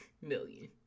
million